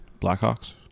Blackhawks